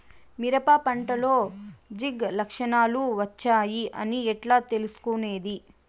మిరప పంటలో జింక్ లక్షణాలు వచ్చాయి అని ఎట్లా తెలుసుకొనేది?